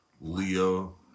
Leo